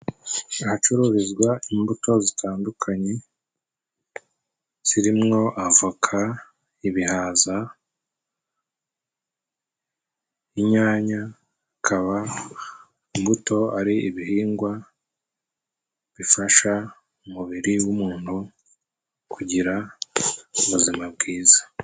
Ahacururizwa imbuto zitandukanye zimwo avoka, ibihaza, inyanya, akaba imbuto ari ibihingwa bifasha umubiri w'umuntu, kugira ubuzima bwiza.